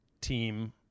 team